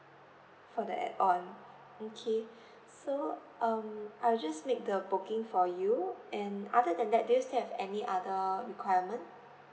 for the add on okay so um I will just make the booking for you and other than that do you still have any other requirement